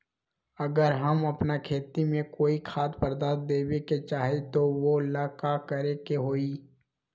अगर हम अपना खेती में कोइ खाद्य पदार्थ देबे के चाही त वो ला का करे के होई?